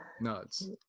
Nuts